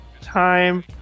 time